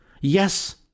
Yes